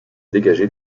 dégagé